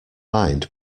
mind